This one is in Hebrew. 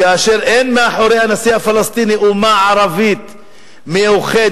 כאשר אין מאחורי הנשיא הפלסטיני אומה ערבית מאוחדת,